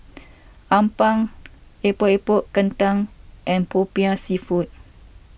Appam Epok Epok Kentang and Popiah Seafood